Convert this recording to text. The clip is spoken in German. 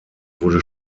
wurde